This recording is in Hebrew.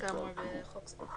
כאמור בחוק זה,